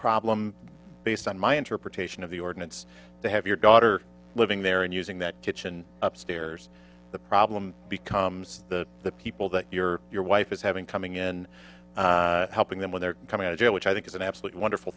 problem based on my interpretation of the ordinance to have your daughter living there and using that kitchen up stairs the problem becomes the people that your your wife is having coming in helping them when they're coming out of jail which i think is an absolutely wonderful